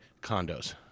condos